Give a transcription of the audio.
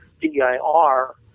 D-I-R